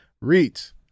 reads